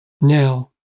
Now